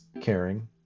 caring